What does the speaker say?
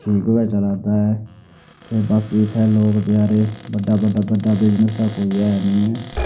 ठीक गै चला दा ऐ बाकी इत्थै लोक बचारे बड्डा बड्डा बिजनस कोई ऐ निं ऐ